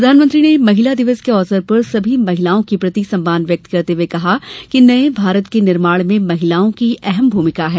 प्रधानमंत्री ने महिला दिवस के अवसर पर सभी महिलाओं के प्रति सम्मान व्यक्त करते हुए कहा कि नए भारत के निर्माण में महिलाओं की अहम भूमिका है